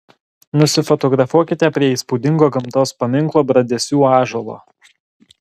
nusifotografuokite prie įspūdingo gamtos paminklo bradesių ąžuolo